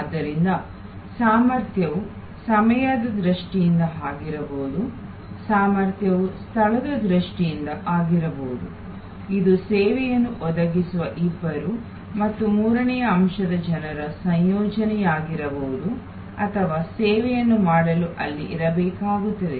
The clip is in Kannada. ಆದ್ದರಿಂದ ಸಾಮರ್ಥ್ಯವು ಸಮಯದ ದೃಷ್ಟಿಯಿಂದ ಆಗಿರಬಹುದು ಸಾಮರ್ಥ್ಯವು ಸ್ಥಳದ ದೃಷ್ಟಿಯಿಂದ ಆಗಿರಬಹುದು ಇದು ಸೇವೆಯನ್ನು ಒದಗಿಸುವ ಇಬ್ಬರು ಮತ್ತು ಮೂರನೆಯ ಅಂಶದ ಜನರ ಸಂಯೋಜನೆಯಾಗಿರಬಹುದು ಅಥವಾ ಸೇವೆಯನ್ನು ಮಾಡಲು ಅಲ್ಲಿ ಇರಬೇಕಾಗುತ್ತದೆ